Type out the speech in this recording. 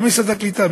גם משרד הקליטה,